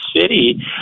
City